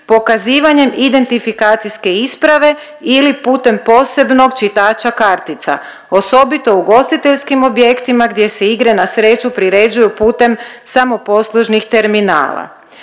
pokazivanjem identifikacijske isprave ili putem posebnog čitača kartica osobito u ugostiteljskim objektima gdje se igre na sreću priređuju putem samoposlužnih terminala.